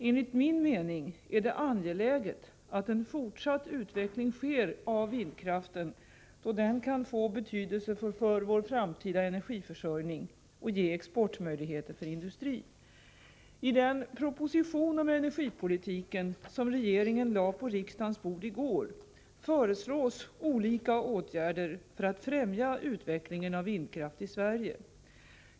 Enligt min mening är det angeläget att en fortsatt utveckling sker av vindkraften, då den kan få betydelse för vår framtida energiförsörjning och ge exportmöjligheter för industrin. I den proposition om energipolitiken som regeringen lade på riksdagens bord i går föreslås olika åtgärder för att främja utvecklingen av vindkraft i Sverige.